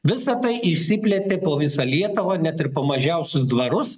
visa tai išsiplėtė po visą lietuvą net ir po mažiausius dvarus